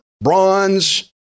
bronze